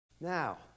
Now